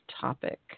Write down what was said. topic